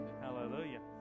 Hallelujah